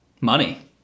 Money